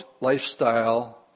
lifestyle